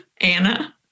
Anna